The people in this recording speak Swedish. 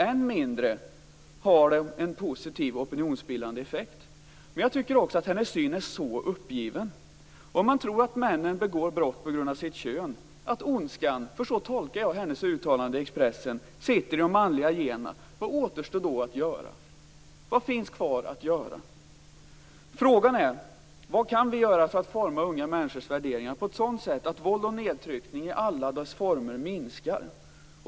Än mindre har de en positiv opinionsbildande effekt. Jag tycker också att hennes syn är mycket uppgiven. Om man tror att männen begår brott på grund av sitt kön, att ondskan - för så tolkar jag hennes uttalande i Expressen - sitter i de manliga generna, vad återstår då att göra? Vad finns alltså kvar att göra? Frågan är alltså: Vad kan vi göra för att forma unga människors värderingar på ett sådant sätt att våld och nedtryckning i alla former minskar?